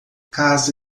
casa